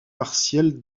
partiel